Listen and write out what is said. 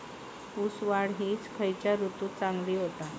ऊस वाढ ही खयच्या ऋतूत चांगली होता?